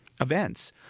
events